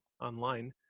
online